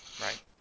Right